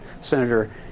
Senator